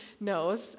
knows